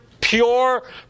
pure